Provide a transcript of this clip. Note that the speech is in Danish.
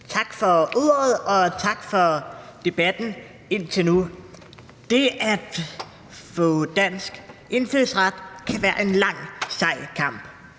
Tak for ordet, og tak for debatten indtil nu. Det at få dansk indfødsret kan være en lang, sej kamp,